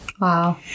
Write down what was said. Wow